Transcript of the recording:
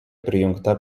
prijungta